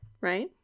right